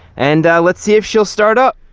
and let's see if she'll start up.